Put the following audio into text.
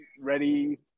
ready